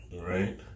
right